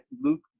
Luke